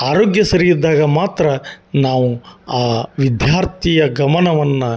ಆರೋಗ್ಯ ಸರಿ ಇದ್ದಾಗ ಮಾತ್ರ ನಾವು ಆ ವಿದ್ಯಾರ್ಥಿಯ ಗಮನವನ್ನು